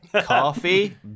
coffee